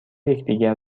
یکدیگر